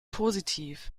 positiv